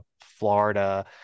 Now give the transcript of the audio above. Florida